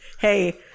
Hey